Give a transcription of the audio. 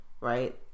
right